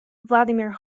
vladimir